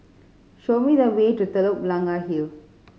show me the way to Telok Blangah Hill